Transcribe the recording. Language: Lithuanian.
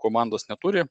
komandos neturi